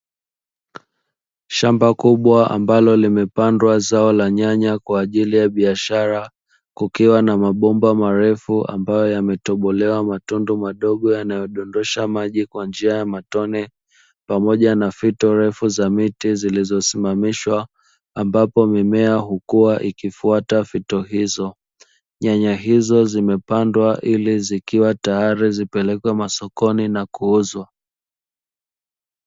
Shamba kubwa ambalo limepandwa zao la nyanya kwa ajili ya biashara kukiwa na mabomba marefu ambayo yametobolewa matundu madogo yanayodondosha maji kwa njia ya matone, pamoja na fito refu za miti zilizosimamishwa ambapo mimea hukua ikifwata fito hizo. Nyanya hizo zimepandwa ili zikiwa tayari zipelekwe masokoni na kuuzwa.